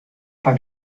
beim